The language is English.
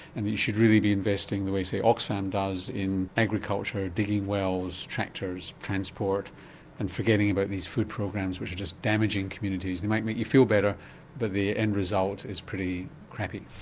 and you should really be investing the way say oxfam does in agriculture, digging wells, tractors, transport and forgetting about these food programs which are just damaging communities. they might make you feel better but the end result is pretty crappy.